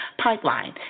Pipeline